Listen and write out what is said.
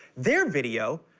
their video,